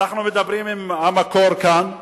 אנחנו מדברים עם המקור כאן,